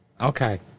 Okay